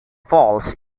falls